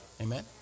Amen